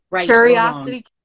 Curiosity